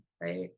right